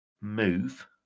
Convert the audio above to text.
move